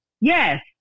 Yes